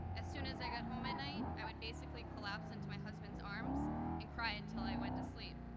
as soon as i got home at night i would basically collapse into my husband's arms and cry until i went to sleep.